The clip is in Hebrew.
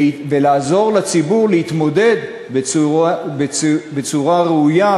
לעזור לציבור להתמודד בצורה ראויה,